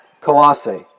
Colossae